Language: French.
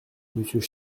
monsieur